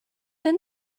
been